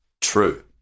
True